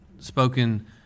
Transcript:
spoken